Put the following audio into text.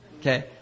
Okay